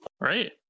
Right